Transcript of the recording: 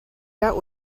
got